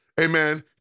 Amen